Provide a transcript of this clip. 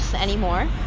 anymore